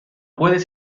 puedes